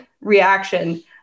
reaction